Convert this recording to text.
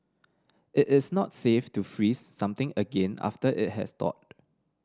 it is not safe to freeze something again after it has thawed